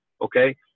okay